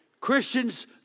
Christians